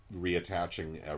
reattaching